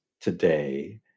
Today